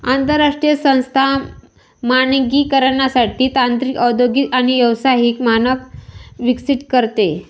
आंतरराष्ट्रीय संस्था मानकीकरणासाठी तांत्रिक औद्योगिक आणि व्यावसायिक मानक विकसित करते